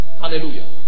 Hallelujah